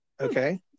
okay